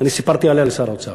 אני סיפרתי עליה לשר האוצר,